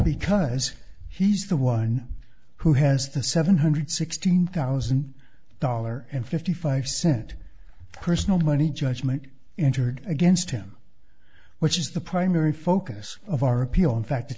because he's the one who has the seven hundred sixteen thousand dollars and fifty five cent personal money judgment entered against him which is the primary focus of our appeal in fact